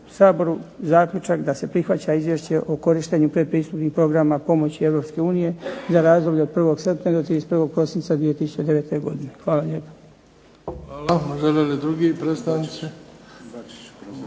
saboru zaključak da se prihvaća Izvješće o korištenju pretpristupnih programa pomoći Europske unije za razdoblje od 1. srpnja do 31. prosinca 2009. godine. Hvala lijepo. **Bebić, Luka (HDZ)** Hvala. Žele li drugi predstavnici?